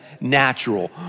natural